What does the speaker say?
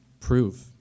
prove